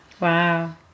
wow